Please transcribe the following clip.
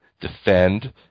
defend